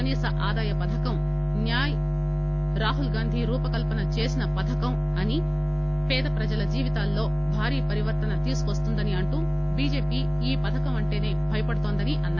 కనీస ఆదాయ పథకం న్యాయ్ రాహుల్ గాంధి రూపకల్పన చేసిన పథకం అని పేద ప్రజల జీవితాల్లో భారీ పరివర్తన తీసుకువస్తుందని అంటూ బిజెపి ఈ పథకం అంటే భయపడుతుందని అన్నారు